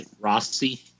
Rossi